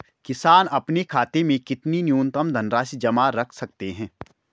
किसान अपने खाते में कितनी न्यूनतम धनराशि जमा रख सकते हैं?